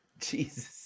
Jesus